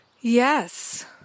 Yes